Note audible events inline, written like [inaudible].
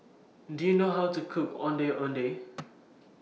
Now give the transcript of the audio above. Do YOU know How to Cook Ondeh Ondeh [noise]